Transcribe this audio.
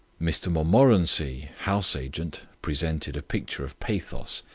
mr montmorency, house-agent, presented a picture of pathos.